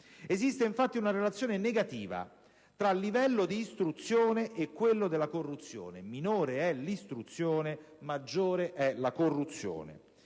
Esiste infatti una relazione negativa tra livello di istruzione e quello della corruzione: minore è l'istruzione, maggiore è la corruzione.